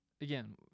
again